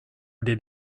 did